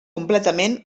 completament